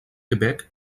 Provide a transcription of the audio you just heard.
québec